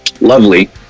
Lovely